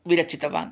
विरचितवान्